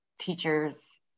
teachers